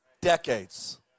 decades